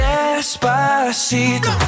despacito